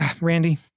Randy